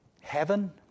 Heaven